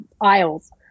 aisles